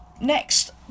Next